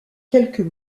quelques